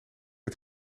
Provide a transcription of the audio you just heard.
het